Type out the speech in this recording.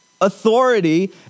Authority